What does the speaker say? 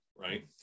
right